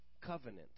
covenant